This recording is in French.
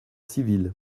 civile